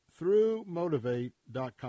throughmotivate.com